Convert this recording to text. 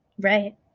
Right